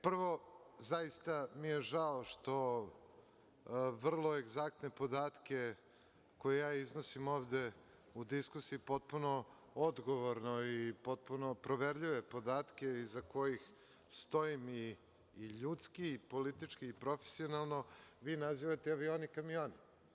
Prvo, zaista mi je žao što vrlo egzaktne podatke koje iznosim ovde u diskusiji potpuno odgovorno i potpuno proverljive podatke iza kojih stojim, i ljudski i politički, i profesionalno, vi nazivate avioni, kamioni.